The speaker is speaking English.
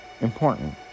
important